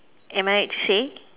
am I right to say